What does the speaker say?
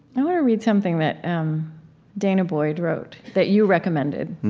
i want to read something that um danah boyd wrote that you recommended.